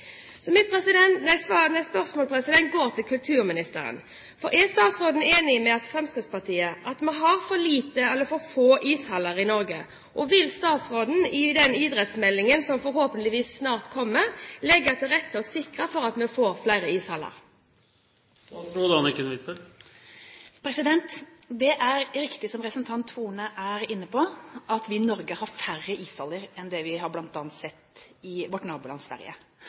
statsråden enig med Fremskrittspartiet i at vi har for få ishaller i Norge, og vil hun i den idrettsmeldingen som forhåpentligvis snart kommer, legge til rette for og sikre at vi får flere ishaller? Det er riktig som representanten Horne er inne på, at vi i Norge har færre ishaller enn bl.a. i vårt naboland Sverige. Dette kan være én av årsakene til at svenskene tradisjonelt sett har rekruttert bredere innenfor hockey enn det vi har gjort i Norge. Sett